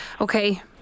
Okay